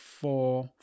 four